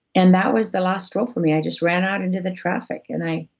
and that was the last straw for me, i just ran out into the traffic, and i.